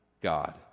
God